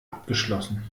abgeschlossen